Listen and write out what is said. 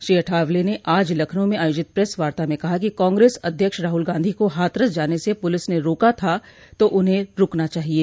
श्री अठावले ने आज लखनऊ में आयोजित प्रेस वार्ता में कहा कि कांग्रेस अध्यक्ष राहुल गांधी को हाथरस जाने से पुलिस ने रोका था तो उन्हें रूकना चाहिये